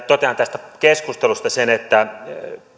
totean tästä keskustelusta että